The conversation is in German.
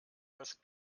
als